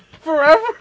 Forever